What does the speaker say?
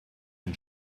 and